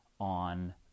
on